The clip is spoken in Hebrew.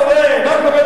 אני כבר הופכת, מה קורה?